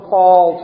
Paul